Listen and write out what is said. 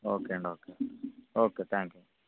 ఒకే అండి okay okay thank you